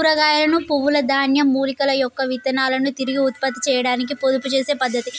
కూరగాయలను, పువ్వుల, ధాన్యం, మూలికల యొక్క విత్తనాలను తిరిగి ఉత్పత్తి చేయాడానికి పొదుపు చేసే పద్ధతి